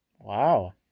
Wow